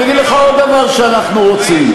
אני אגיד לך עוד דבר שאנחנו רוצים: